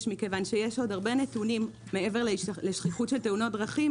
מכיוון שיש עוד הרבה נתונים מעבר לשכיחות של תאונות דרכים,